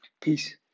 Peace